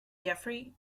jeffrey